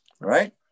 right